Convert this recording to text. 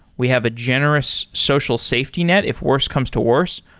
we have a generous social safety net if worse comes to worse.